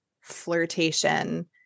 flirtation